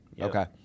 Okay